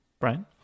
Brian